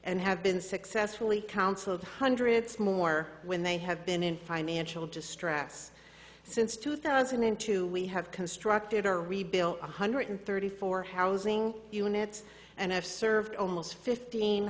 and have been successfully counseled hundreds more when they have been in financial distress since two thousand and two we have constructed a rebuilt one hundred thirty four housing units and have served almost fifteen